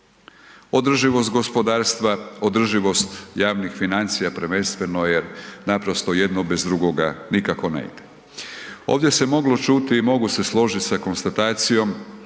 Održivost gospodarstva, održivost javnih financija prvenstveno je naprosto jedno bez drugoga nikako ne ide. Ovdje se moglo čuti i mogu se složit sa konstatacijom